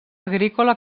agrícola